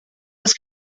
was